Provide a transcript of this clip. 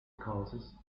causes